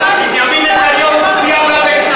תתייחס לטיפול במפונים.